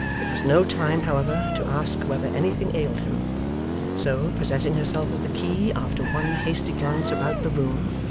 it was no time, however, to ask whether anything ailed him so, possessing herself of the key after one hasty glance about the room,